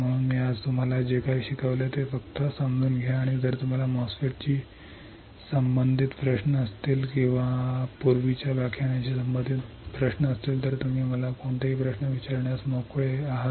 म्हणून मी आज तुम्हाला जे काही शिकवले ते फक्त समजून घ्या आणि जर तुम्हाला MOSFET शी संबंधित प्रश्न असतील किंवा पूर्वीच्या व्याख्यानांशी संबंधित असतील तर तुम्ही मला कोणतेही प्रश्न विचारण्यास मोकळे आहात